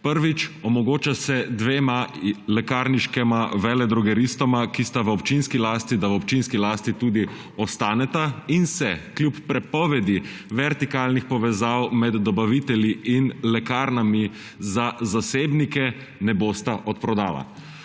Prvič, omogoča se dvema lekarniškima veledrogeristoma, ki sta v občinski lasti, da v občinski lasti tudi ostaneta in se kljub prepovedi vertikalnih povezav med dobavitelji in lekarnami za zasebnike ne bosta odprodala.